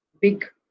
big